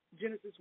Genesis